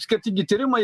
skirtingi tyrimai